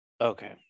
Okay